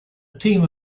team